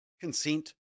Consent